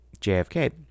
JFK